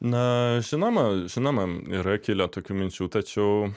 na žinoma žinoma yra kilę tokių minčių tačiau